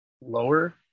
lower